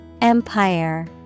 Empire